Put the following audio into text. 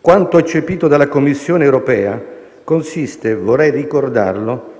Quanto eccepito dalla Commissione europea - vorrei ricordarlo